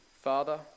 Father